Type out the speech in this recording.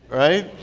right?